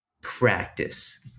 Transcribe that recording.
practice